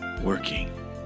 working